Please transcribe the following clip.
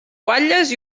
guatlles